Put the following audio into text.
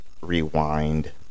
rewind